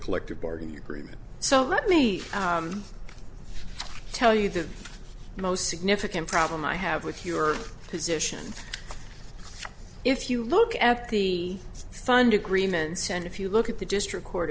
collective bargaining agreement so let me tell you the most significant problem i have with your position if you look at the fund agreements and if you look at the district court